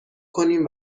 کنیم